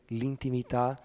l'intimità